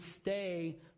stay